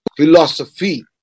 philosophy